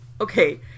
okay